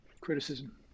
criticism